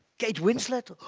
kate winslet.